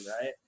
right